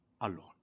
alone